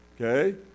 okay